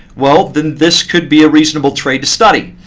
well, then this could be a reasonable trade to study.